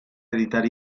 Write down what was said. editar